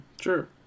Sure